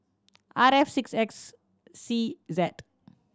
R F six X C Z